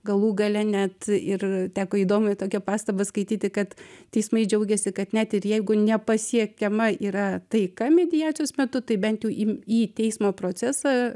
galų gale net ir teko įdomią tokią pastabą skaityti kad teismai džiaugiasi kad net ir jeigu nepasiekiama yra taika mediacijos metu tai bent jau į į teismo procesą